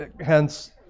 hence